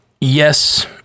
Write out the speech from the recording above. Yes